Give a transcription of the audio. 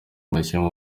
umukinnyi